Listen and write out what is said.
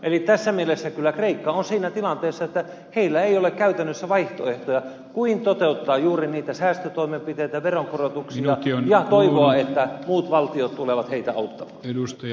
eli tässä mielessä kyllä kreikka on siinä tilanteessa että heillä ei ole käytännössä muita vaihtoehtoja kuin toteuttaa juuri niitä säästötoimenpiteitä ja veronkorotuksia ja toivoa että muut valtiot tulevat heitä auttamaan